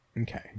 Okay